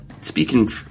speaking